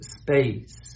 space